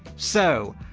so,